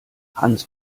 hans